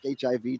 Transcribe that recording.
HIV